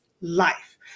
life